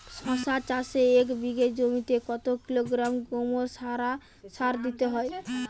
শশা চাষে এক বিঘে জমিতে কত কিলোগ্রাম গোমোর সার দিতে হয়?